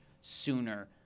sooner